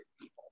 people